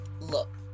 look